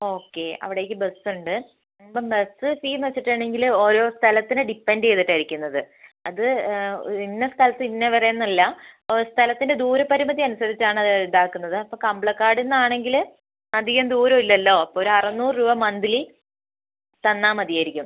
okay അവിടേയ്ക്ക് ബസ്സുണ്ട് അപ്പം ബസ്സ് ഫീയെന്ന് വച്ചിട്ടുണ്ടെങ്കിൽ ഓരോ സ്ഥലത്തിനെ ഡിപെൻറ് ചെയ്തിട്ടായിരിക്കുന്നത് അത് ഇന്ന സ്ഥലത്ത് ഇന്നവരെ എന്നല്ല സ്ഥലത്തിൻ്റെ ദൂരപരിമിതി അനുസരിച്ചാണ് അത് ഇതാക്കുന്നത് അപ്പോൾ കമ്പളക്കാടിൽ നിന്നാണെങ്കിൽ അധികം ദൂരം ഇല്ലല്ലോ അപ്പോൾ ഒരു അറുന്നൂറ് രൂപ മന്തിലി തന്നാൽ മതിയായിരിക്കും